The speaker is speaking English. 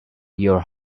your